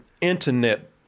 Internet